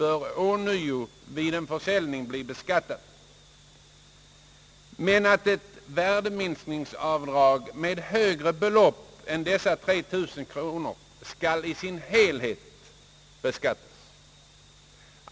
markvärdebeskattningen bör ånyo vid en försäljning bli beskattat, men att ett värdeminskningsavdrag med högre belopp än dessa 3 000 kronor skall beskattas i sin helhet.